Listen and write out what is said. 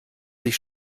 sich